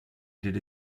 did